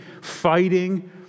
fighting